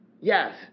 Yes